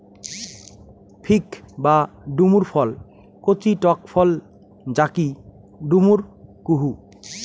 fig বা ডুমুর ফল কচি টক ফল যাকি ডুমুর কুহু